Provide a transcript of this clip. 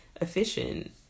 efficient